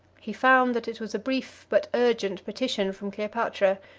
he found that it was a brief but urgent petition from cleopatra,